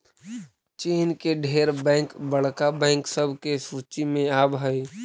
चीन के ढेर बैंक बड़का बैंक सब के सूची में आब हई